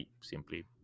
simply